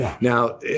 Now